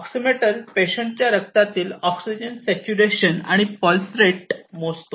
oxy metre पेशंटच्या रक्तातील oxygen saturation आणि पल्स रेट मोजतो